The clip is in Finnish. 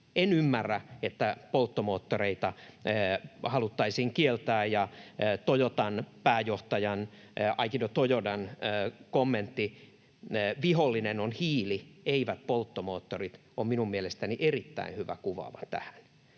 En ymmärrä, miksi polttomoottoreita haluttaisiin kieltää, ja Toyotan pääjohtajan Akio Toyodan kommentti ”vihollinen on hiili, eivät polttomoottorit” on minun mielestäni erittäin hyvä ja kuvaava tähän.